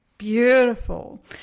beautiful